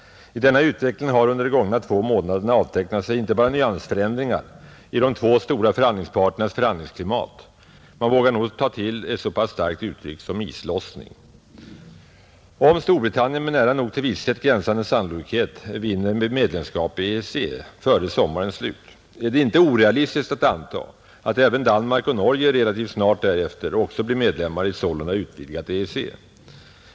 I denna utveckling har under de gångna två månaderna avtecknat sig icke bara nyansförändringar i de två stora förhandlingsparternas förhandlingsklimat; man vågar nog ta till ett så pass starkt uttryck som islossning. Om Storbritannien, med nära nog till visshet gränsande sannolikhet vinner fullt medlemskap i EEC före sommarens slut, är det icke orealistiskt att anta att även Danmark och Norge relativt snart därefter också blir medlemmar i ett sålunda utvidgat EEC.